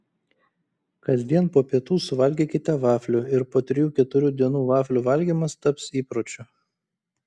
kasdien po pietų suvalgykite vaflių ir po trijų keturių dienų vaflių valgymas taps įpročiu